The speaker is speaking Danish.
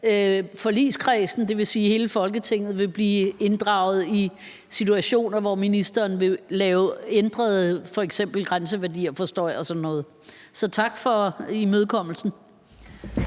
forligskredsen, dvs. hele Folketinget, vil blive inddraget i situationer, hvor ministeren vil lave f.eks. ændrede grænseværdier, forstår jeg, og sådan noget. Så tak for imødekommelsen.